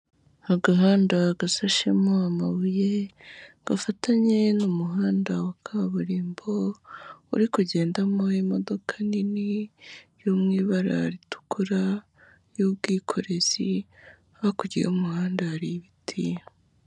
Agahanda gasashemo amabuye gafatanye n'umuhanda wa kaburimbo uri kugendamo imodoka nini yo mu ibara ritukura y'ubwikorezi, hakurya y'umuhanda hari ibiti.